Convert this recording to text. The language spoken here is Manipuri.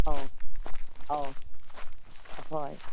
ꯑꯧ ꯑꯧ ꯍꯣꯏ